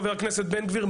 חבר הכנסת בן גביר,